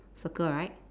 circle right